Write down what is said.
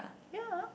ya